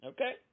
Okay